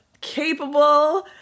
capable